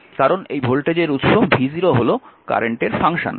কারণ এই ভোল্টেজ উৎস v0 হল কারেন্টের ফাংশন